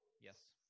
Yes